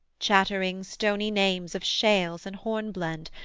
chattering stony names of shales and hornblende,